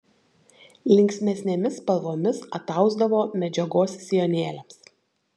linksmesnėmis spalvomis atausdavo medžiagos sijonėliams